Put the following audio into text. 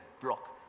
block